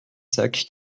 sacs